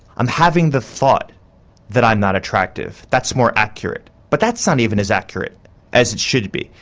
i'm having the thought that i'm not attractive, that's more accurate, but that's not even as accurate as it should be.